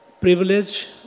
privilege